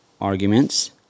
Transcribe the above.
arguments